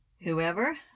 Whoever